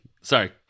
Sorry